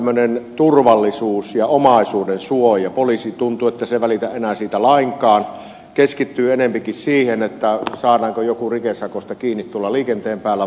henkilöitten turvallisuus ja omaisuudensuoja tuntuu ettei poliisi välitä enää siitä lainkaan keskittyy enempikin siihen saadaanko joku rikesakosta kiinni tuolla liikenteen päällä vai ei